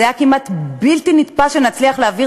זה כמובן לא התקדם